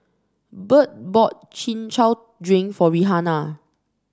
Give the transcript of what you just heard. Burt bought Chin Chow Drink for Rihanna